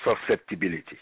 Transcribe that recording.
susceptibility